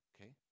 Okay